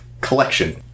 Collection